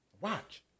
Watch